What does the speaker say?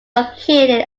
located